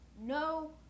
No